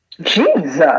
Jesus